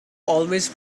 always